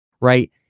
right